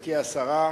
גברתי השרה,